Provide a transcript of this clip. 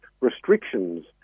restrictions